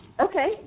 Okay